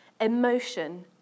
Emotion